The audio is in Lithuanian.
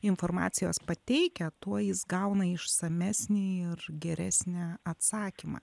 informacijos pateikę tuo jis gauna išsamesnį ir geresnę atsakymą